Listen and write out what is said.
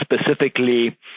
specifically